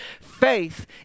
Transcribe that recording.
Faith